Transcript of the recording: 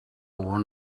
want